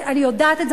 אני יודעת את זה,